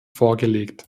vorgelegt